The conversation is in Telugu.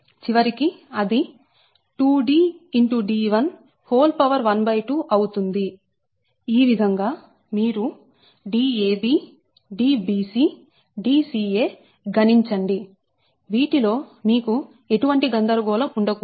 d112 చివరికి అది 12 అవుతుంది ఈ విధంగా మీరు DabDbcDca గణించండి వీటిలో మీకు ఎటువంటి గందరగోళం ఉండ కూడదు